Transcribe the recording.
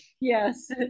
yes